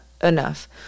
enough